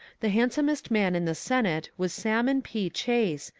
the handsomest man in the senate was salmon p. chase,